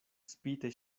spite